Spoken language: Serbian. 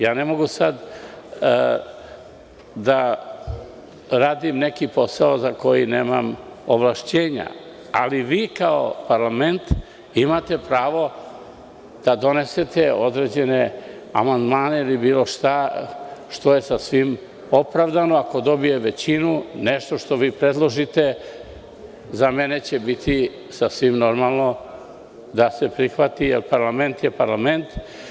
Ne mogu sada da radim neki posao za koji nemam ovlašćenja, ali vi kao parlament imate pravo da donesete određene amandmane ili bilo šta, što je sasvim opravdano, ako dobije većinu, nešto što vi predložite za mene će biti sasvim normalno da se prihvati, jer parlament je parlament.